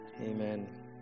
Amen